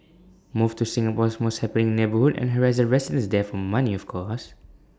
move to Singapore's most happening neighbourhood and harass the residents there for money of course